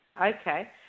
okay